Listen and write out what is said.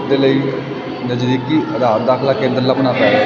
ਦੇ ਲਈ ਨਜ਼ਦੀਕੀ ਆਧਾਰ ਦਾਖ਼ਲਾ ਕੇਂਦਰ ਲੱਭਣਾ ਪੈਣਾ